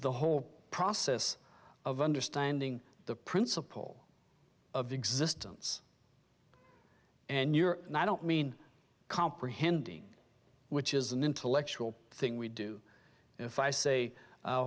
the whole process of understanding the principle of existence and you're and i don't mean comprehending which is an intellectual thing we do if i say